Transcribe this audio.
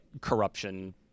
corruption